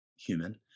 human